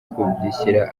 kubishyira